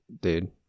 dude